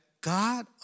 God